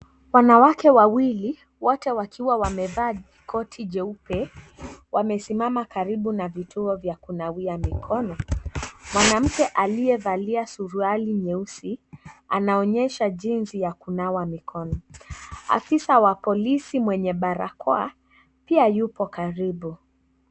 Wanawake wawili wote wakiwa wamevaa koti jeupe, wamesimama karibu na vituo vya kunawia mikono. Mwanamke aliyevaa suruali nyeusi anaonyesha jinsi ya kunawa mikono. Afisa wa polisi mwenye barakoa pia yupo karibu.